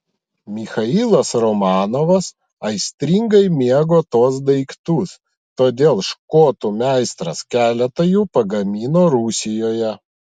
michailas romanovas aistringai mėgo tuos daiktus todėl škotų meistras keletą jų pagamino rusijoje